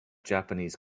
japanese